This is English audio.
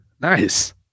Nice